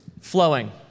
Flowing